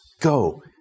go